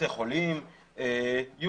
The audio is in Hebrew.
בתי חולים ועוד.